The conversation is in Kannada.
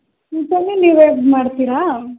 ಊಟಾನೂ ನೀವೇ ಇದು ಮಾಡ್ತೀರಾ